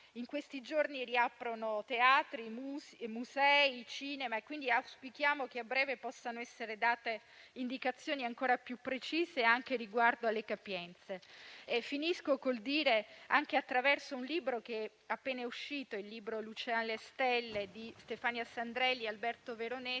In questi giorni riaprono teatri, musei e cinema. Auspichiamo, quindi, che a breve possano essere date indicazioni ancora più precise riguardo alle capienze. Finisco col dire, attraverso un libro che è appena uscito («Lucean le stelle» di Stefania Sandrelli e Alberto Veronesi),